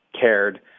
cared